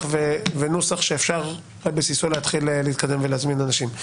ונוסח שאפשר על בסיסו להתקדם ולהזמין אנשים.